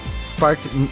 sparked